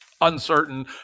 uncertain